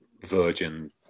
virgin